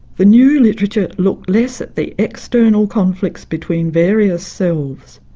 the new literature looked less at the external conflicts between various selves.